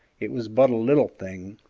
it was but a little thing,